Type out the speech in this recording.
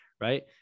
Right